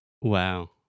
Wow